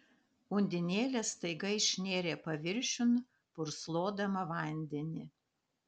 undinėlė staiga išnėrė paviršiun purslodama vandenį